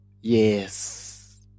Yes